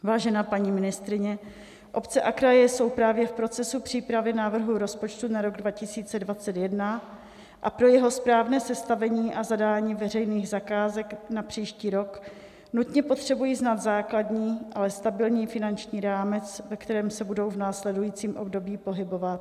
Vážená paní ministryně, obce a kraje jsou právě v procesu přípravy návrhu rozpočtu na rok 2021 a pro jeho správné sestavení a zadání veřejných zakázek na příští rok nutně potřebují znát základní, ale stabilní finanční rámec, ve kterém se budou v následujícím období pohybovat.